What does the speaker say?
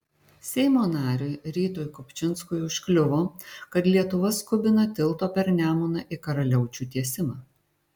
seimo nariui rytui kupčinskui užkliuvo kad lietuva skubina tilto per nemuną į karaliaučių tiesimą